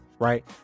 right